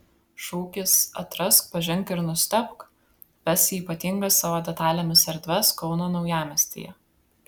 šūkis atrask pažink ir nustebk ves į ypatingas savo detalėmis erdves kauno naujamiestyje